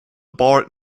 board